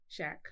Shaq